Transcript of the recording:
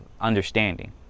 understanding